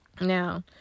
Now